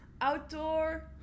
outdoor